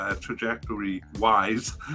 trajectory-wise